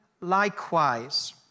likewise